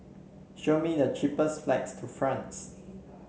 show me the cheapest flights to France